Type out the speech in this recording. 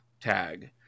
tag